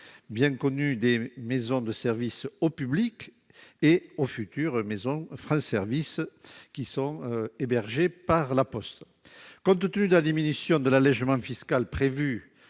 financement des maisons de services au public et des futures maisons France Service hébergées par La Poste. Compte tenu de la diminution de l'allégement fiscal prévu